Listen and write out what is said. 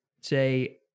say